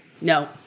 No